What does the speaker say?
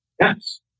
Yes